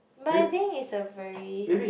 but I think is a very